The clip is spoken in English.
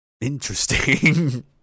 Interesting